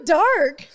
dark